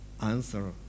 answer